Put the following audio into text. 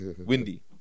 Windy